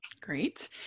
Great